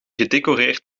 gedecoreerd